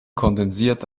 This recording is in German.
kondensiert